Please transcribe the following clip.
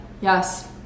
Yes